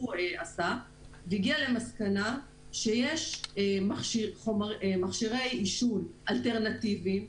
הוא הגיע למסקנה שיש מכשירי עישון אלטרנטיביים,